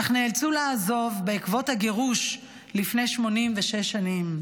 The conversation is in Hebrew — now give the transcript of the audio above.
אך נאלצו לעזוב בעקבות הגירוש לפני 86 שנים,